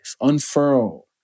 unfurl